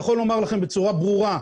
יכול לומר לכם בצורה ברורה,